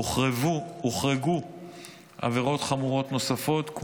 הוחרגו עבירות חמורות נוספות,